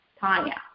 Tanya